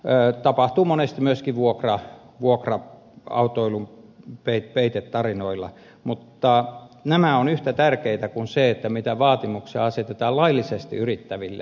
tätä tapahtuu monesti myöskin vuokra autoilun peitetarinoilla mutta nämä ovat yhtä tärkeitä kuin se mitä vaatimuksia asetetaan laillisesti yrittäville